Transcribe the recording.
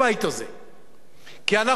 כי אנחנו צריכים להסתכל לא על הכיסא